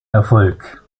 erfolg